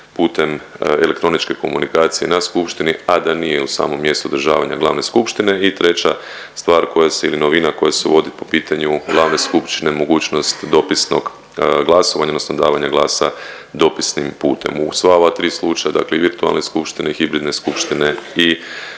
putem elektroničke komunikacije na skupštini, a da nije u samom mjestu održavanja glavne skupštine. I treća stvar koja se ili novina koja se uvodi po pitanju glavne skupštine mogućnost dopisnog glasovanja odnosno davanja glasa dopisnim putem. U sva ova tri slučaja dakle i virtualne skupštine i hibridne skupštine i davanja